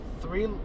three